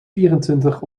vierentwintig